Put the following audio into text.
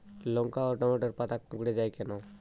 লঙ্কা ও টমেটোর পাতা কুঁকড়ে য়ায় কেন?